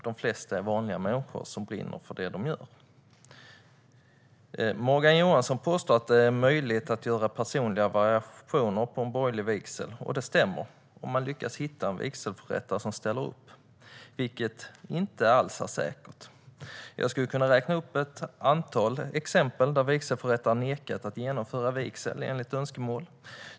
De flesta företagare är vanliga människor som brinner för det som de gör. Morgan Johansson påstår att det är möjligt att ha personliga variationer på en borgerlig vigsel, och det stämmer, om man lyckas att hitta en vigselförrättare som ställer upp, vilket inte alls är säkert. Jag skulle kunna räkna upp ett antal exempel på när vigselförrättare har nekat till att genomföra en vigsel enligt önskemål.